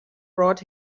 brought